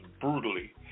brutally